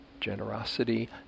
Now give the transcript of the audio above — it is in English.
generosity